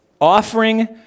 Offering